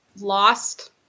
lost